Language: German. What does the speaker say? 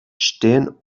stehen